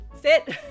Sit